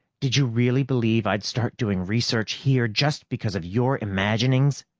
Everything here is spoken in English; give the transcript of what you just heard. did you really believe i'd start doing research here just because of your imaginings?